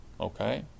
Okay